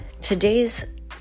today's